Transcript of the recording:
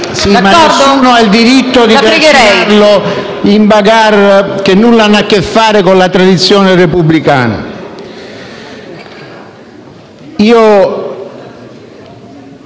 Sì, ma nessuno ha il diritto di trascinarlo in *bagarre* che nulla hanno a che fare con la tradizione repubblicana.